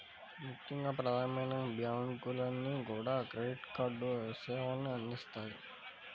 ముఖ్యంగా ప్రధానమైన బ్యాంకులన్నీ కూడా క్రెడిట్ కార్డు సేవల్ని అందిత్తన్నాయి